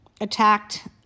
attacked